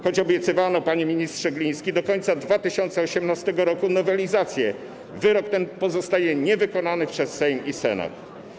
Choć obiecywano, panie ministrze Gliński, do końca 2018 r. nowelizację, wyrok ten pozostaje niewykonany przez Sejm i Senat.